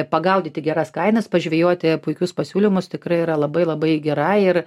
pagaudyti geras kainas pažvejoti puikius pasiūlymus tikrai yra labai labai gera ir